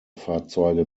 fahrzeuge